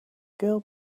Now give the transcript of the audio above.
girl